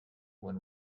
when